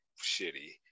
shitty